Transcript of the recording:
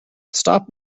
stop